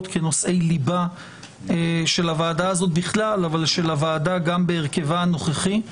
כנושאי ליבה של הוועדה הזו בכלל אבל של הוועדה גם בהרכבה הנוכחי.